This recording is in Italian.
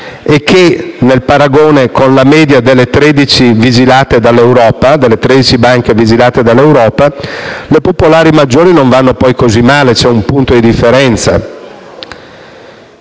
e che, nel paragone con la media delle 13 banche vigilate dall'Europa, le popolari maggiori non vanno poi così male (c'è un punto di differenza);